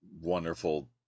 wonderful